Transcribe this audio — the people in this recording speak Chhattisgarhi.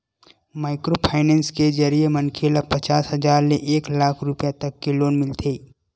माइक्रो फाइनेंस के जरिए मनखे ल पचास हजार ले एक लाख रूपिया तक के लोन मिलथे